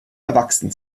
erwachsen